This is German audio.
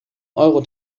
euro